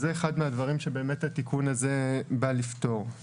זה אחד מהדברים שהתיקון הזה בא לפתור.